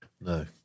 No